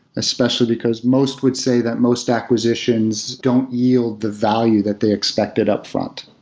especially because most would say that most acquisitions don't yield the value that they expected upfront.